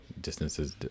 distances